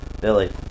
Billy